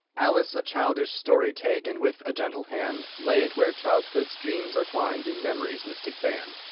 alice! a childish story take, and with a gentle hand lay it where childhood's dreams are twined in memory's mystic band,